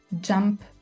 jump